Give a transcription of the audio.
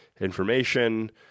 information